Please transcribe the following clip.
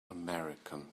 american